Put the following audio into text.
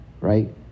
right